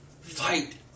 Fight